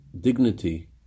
dignity